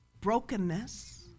brokenness